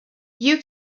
you